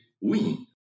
win